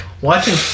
watching